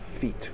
feet